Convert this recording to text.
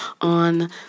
on